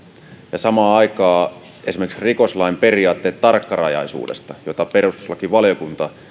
ja samaan aikaan esimerkiksi rikoslain periaatteet tarkkarajaisuudesta jota perustuslakivaliokunta